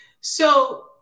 So-